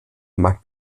mag